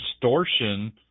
distortion